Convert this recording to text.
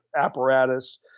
apparatus